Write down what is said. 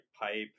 pipe